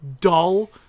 dull